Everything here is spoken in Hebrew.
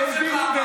אם אין נאמנות,